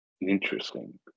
interesting